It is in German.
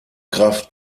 kraft